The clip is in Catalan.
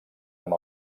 amb